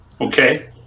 okay